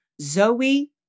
Zoe